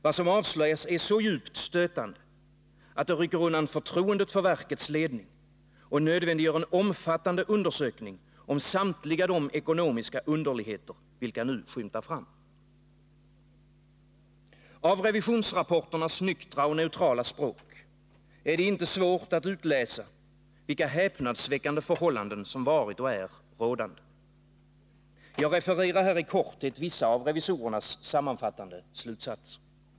Vad som avslöjas är så djupt stötande att det rycker undan förtroendet för verkets ledning och nödvändiggör en omfattande undersökning om samtliga de ekonomiska underligheter vilka nu skymtar fram. Av revisionsrapporternas nyktra och neutrala språk är det inte svårt att utläsa vilka häpnadsväckande förhållanden som varit och är rådande. Jag refererar här i korthet vissa av revisorernas sammanfattande slutsatser.